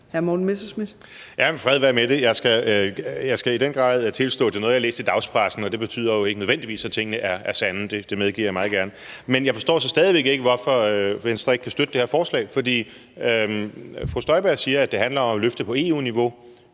Jeg skal i den grad tilstå, at det er noget, jeg har læst i dagspressen, og det betyder jo ikke nødvendigvis, at tingene er sande – det medgiver jeg meget gerne. Men jeg forstår så stadig væk ikke, hvorfor Venstre ikke kan støtte det her forslag. Fru Støjberg siger, at det handler om at løfte på EU-niveau.